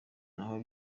naho